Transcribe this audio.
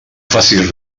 facis